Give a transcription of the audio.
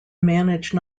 manage